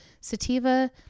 sativa